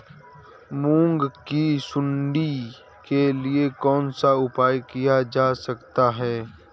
मूंग की सुंडी के लिए कौन सा उपाय किया जा सकता है?